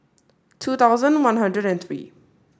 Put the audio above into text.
two thousand one hundred and three